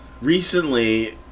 recently